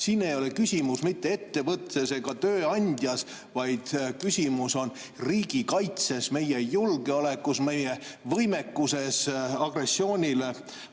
Siin ei ole küsimus mitte ettevõttes ega tööandjas, vaid küsimus on riigikaitses, meie julgeolekus, meie võimekuses agressioonile